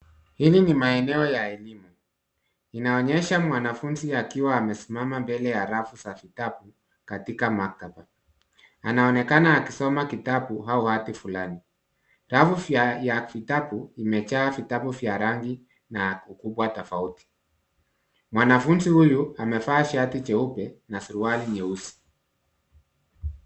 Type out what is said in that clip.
Hili ni maeneo ya elimu. inaonyesha mwanafunzi akiwa amesimama mbele ya rafu za vitabu katika maktaba. Anaonekana akisoma kitabu au ardhi fulani .Rafu ya vitabu imejaa vitabu vya rangi ,na ukubwa tofauti. Mwanafunzi huyu amevaa shati jeupe na suruali nyeusi.